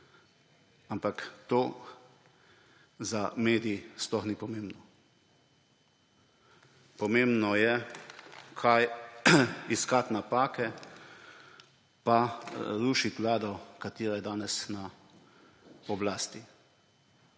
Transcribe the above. ampak to za medij sploh ni pomembno. Pomembno je iskati napake pa rušiti vlado, ki je danes na oblasti.